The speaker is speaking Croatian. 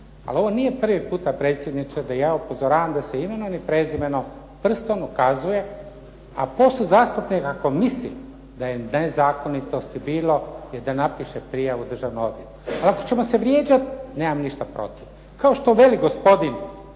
Ali ovo nije prvi puta predsjedniče da ja upozoravam da se imenom i prezimenom prstom ukazuje, a …/Govornik se ne razumije./… da je nezakonitosti bilo i da napiše prijavu državno odvjetništvo. Ali ako ćemo se vrijeđat, nemam ništa protiv. Kao što veli gospodin